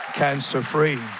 cancer-free